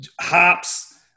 hops